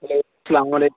hello اسلام علیکُم